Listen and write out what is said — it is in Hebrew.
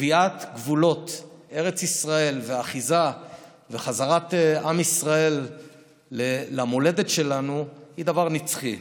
קביעת גבולות ארץ ישראל ואחיזה וחזרת עם ישראל למולדת שלנו הן דבר נצחי.